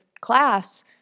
class